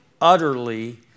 utterly